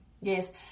Yes